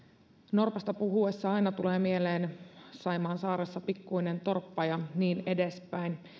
norpasta puhuttaessa aina tulee mieleen saimaan saaressa pikkuinen torppa ja niin edespäin